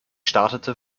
startete